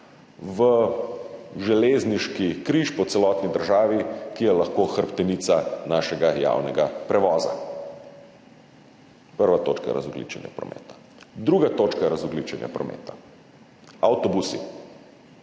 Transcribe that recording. v železniški križ po celotni državi, ki je lahko hrbtenica našega javnega prevoza. To je prva točka razogljičenja prometa. Druga točka razogljičenja prometa so avtobusi.